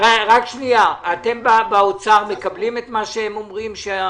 אתם באוצר מקבלים את מה שהם אומרים,